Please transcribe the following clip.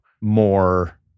more